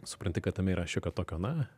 supranti kad tame yra šiokio tokio na